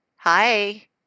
Hi